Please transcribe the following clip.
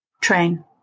Train